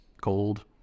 cold